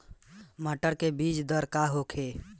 मटर के बीज दर का होखे?